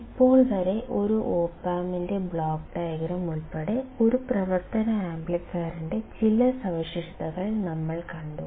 ഇപ്പോൾ വരെ ഒരു ഓപ് ആമ്പിന്റെ ബ്ലോക്ക് ഡയഗ്രം ഉൾപ്പെടെ ഒരു പ്രവർത്തന ആംപ്ലിഫയറിന്റെ ചില സവിശേഷതകൾ നമ്മൾ കണ്ടു